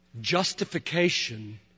Justification